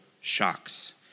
shocks